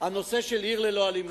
הנושא של "עיר ללא אלימות".